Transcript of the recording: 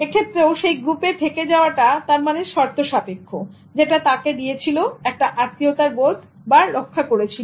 এক্ষেত্রেও সেই গ্রুপে থেকে যাওয়াটা তার মনে শর্তসাপেক্ষ যেটা তাকে দিয়েছিল আত্মীয়তার বোধ এবং রক্ষা করেছিল